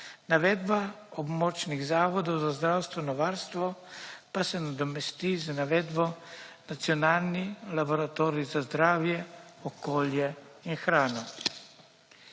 Navedba območnih zavodov za zdravstveno varstvo pa se nadomesti z navedbo nacionalni laboratorij za zdravje, okolje in hrano.